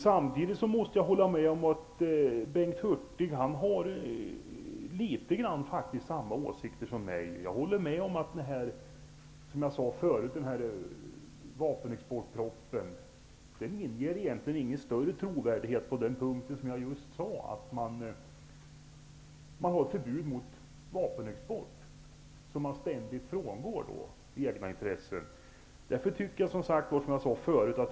Samtidigt måste jag hålla med om att Bengt Hurtig i någon mån har samma åsikter som jag. Jag håller med att vapenexportpropositionen inte inger någon större trovärdighet, med förbud mot vapenexport vilket av egenintresse ständigt frångås.